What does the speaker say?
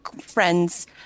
friends